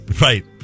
Right